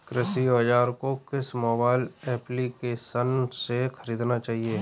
कृषि औज़ार को किस मोबाइल एप्पलीकेशन से ख़रीदना चाहिए?